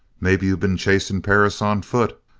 maybe you been chasing perris on foot,